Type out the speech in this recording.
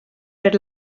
per